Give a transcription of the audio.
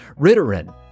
Ritterin